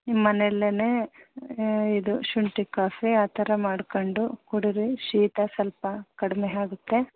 ನಿಮ್ಮ ಮನೆಲ್ಲೇ ಇದು ಶುಂಠಿ ಕಾಫಿ ಆ ಥರ ಮಾಡ್ಕೊಂಡು ಕುಡಿಯಿರಿ ಶೀತ ಸ್ವಲ್ಪ ಕಡಿಮೆ ಆಗುತ್ತೆ